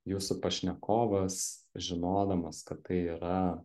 jūsų pašnekovas žinodamas kad tai yra